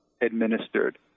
administered